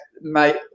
mate